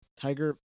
Tiger